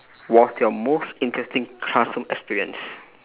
was your most interesting classroom experience